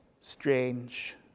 strange